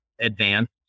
advanced